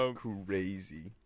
crazy